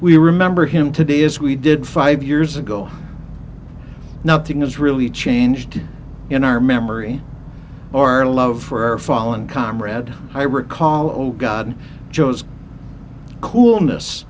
we remember him today as we did five years ago nothing has really changed in our memory our love for our fallen comrade i recall oh god joe's coolness